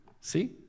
See